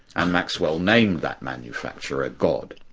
and maxwell named that manufacturer ah god.